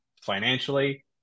financially